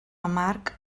amarg